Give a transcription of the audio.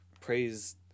praise